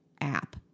app